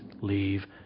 leave